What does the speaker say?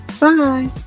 Bye